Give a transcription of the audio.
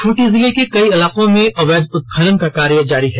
खूंटी जिले के कई इलाकों में अवैध उत्खनन का कार्य जारी है